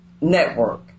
Network